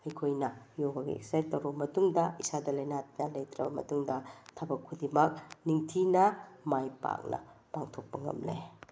ꯑꯩꯈꯣꯏꯅ ꯌꯣꯒꯒꯤ ꯑꯦꯛꯁꯔꯁꯥꯏꯁ ꯇꯧꯔꯕ ꯃꯇꯨꯡꯗ ꯏꯁꯥꯗ ꯂꯥꯏꯅꯥ ꯇꯤꯟꯅꯥ ꯂꯩꯇ꯭ꯔꯕ ꯃꯇꯨꯡꯗ ꯊꯕꯛ ꯈꯨꯗꯤꯡꯃꯛ ꯅꯤꯡꯊꯤꯅ ꯃꯥꯏ ꯄꯥꯛꯅ ꯄꯥꯡꯊꯣꯛꯄ ꯉꯝꯂꯦ